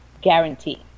guarantee